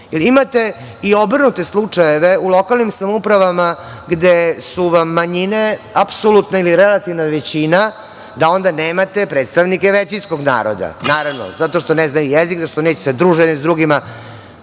reč. Imate i obrnute slučajeve u lokalnim samoupravama gde su vam manjine apsolutna ili relativna većina, da onda nemate predstavnike većinskog naroda. Naravno, zato što ne znaju jezik, zato što neće da se druže jedni sa drugima.